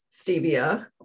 stevia